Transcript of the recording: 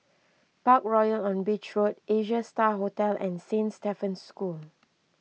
Parkroyal on Beach Road Asia Star Hotel and Saint Stephen's School